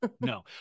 no